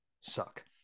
suck